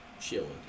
chilling